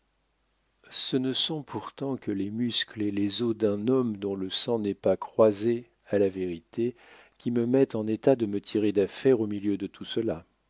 ce ne sont pourtant que les muscles et les os d'un homme dont le sang n'est pas croisé à la vérité qui me mettent en état de me tirer d'affaire au milieu de tout cela